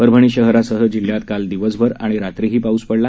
परभणी शहरासह जिल्ह्यात काल दिवसभर आणि रात्रीही पाऊस पडला